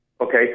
okay